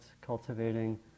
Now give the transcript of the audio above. cultivating